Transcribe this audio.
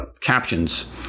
captions